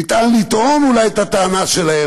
ניתן לטעון אולי את הטענה שלהם,